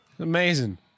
Amazing